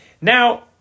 Now